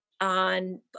on